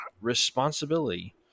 responsibility